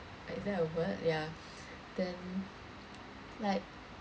like is that a word ya then like